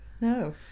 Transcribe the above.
No